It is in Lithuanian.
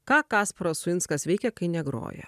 ką kasparas uinskas veikia kai negroja